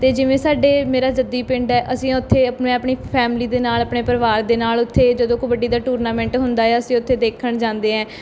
ਅਤੇ ਜਿਵੇਂ ਸਾਡੇ ਮੇਰਾ ਜੱਦੀ ਪਿੰਡ ਹੈ ਅਸੀਂ ਉੱਥੇ ਮੈਂ ਆਪਣੀ ਫੈਮਲੀ ਦੇ ਨਾਲ ਆਪਣੇ ਪਰਿਵਾਰ ਦੇ ਨਾਲ ਉੱਥੇ ਜਦੋਂ ਕਬੱਡੀ ਦਾ ਟੂਰਨਾਮੈਂਟ ਹੁੰਦਾ ਆ ਅਸੀਂ ਉੱਥੇ ਦੇਖਣ ਜਾਂਦੇ ਐਂ